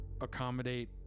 accommodate